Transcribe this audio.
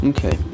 Okay